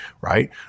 right